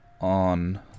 on